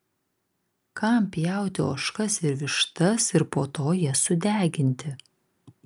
kam pjauti ožkas ir vištas ir po to jas sudeginti